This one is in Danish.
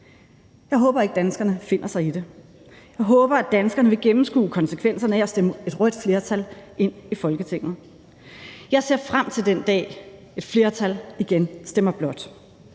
Jeg håber ikke, danskerne finder sig i det. Jeg håber, at danskerne vil gennemskue konsekvenserne af at stemme et rødt flertal ind i Folketinget. Jeg ser frem til den dag, et flertal igen stemmer blåt,